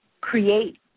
create